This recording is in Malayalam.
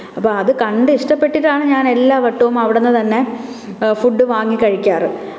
അപ്പോള് അത് കണ്ട് ഇഷ്ട്ടപ്പെട്ടിട്ടാണ് ഞാൻ എല്ലാ വട്ടവും അവിടുന്ന് തന്നെ ഫുഡ് വാങ്ങി കഴിക്കാറ്